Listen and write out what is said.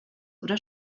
oder